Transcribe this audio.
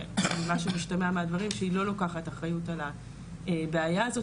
ממה שמשתמע מהדברים שהיא לא לוקחת אחריות על הבעיה הזאת,